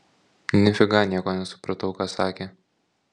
nifiga nieko nesupratau ką sakė